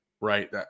right